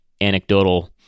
anecdotal